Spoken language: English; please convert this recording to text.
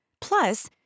Plus